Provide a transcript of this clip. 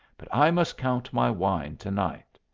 but i must count my wine to-night.